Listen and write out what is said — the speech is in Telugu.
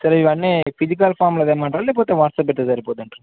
సార్ ఇవన్నీ ఫజికల్ ఫార్మ్లు ఏమంటార లేపోతే వాట్సప్ అతేరిపోతుంటారు